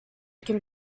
can